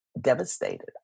devastated